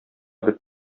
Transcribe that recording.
бит